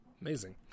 Amazing